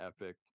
epic